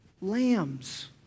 lambs